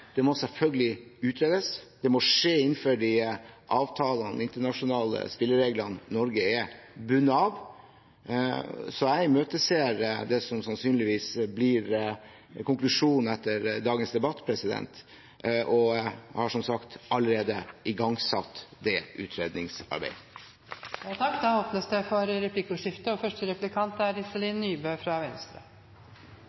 vi må øke lagringstiden. Men det må selvfølgelig utredes, det må skje innenfor de avtalene og internasjonale spillereglene Norge er bundet av. Jeg imøteser det som sannsynligvis blir konklusjonen etter dagens debatt, og jeg har som sagt allerede igangsatt utredningsarbeidet. Det blir replikkordskifte. Fremskrittspartiet har ved flere tilfeller stått sammen med Venstre i kampen for